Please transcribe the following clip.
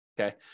Okay